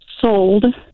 sold